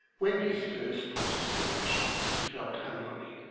when his thirst was assuaged he felt hungry,